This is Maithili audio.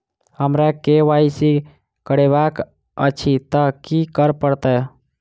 हमरा केँ वाई सी करेवाक अछि तऽ की करऽ पड़तै?